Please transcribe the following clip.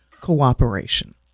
cooperation